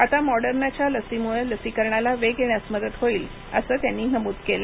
आता मॉडर्नाच्या लसीमुळ लसीकरणाला वेग येण्यास मदत होईल अस त्यांनी नमूद केल